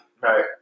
right